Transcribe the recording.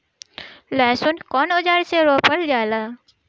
लहसुन कउन औजार से रोपल जाला?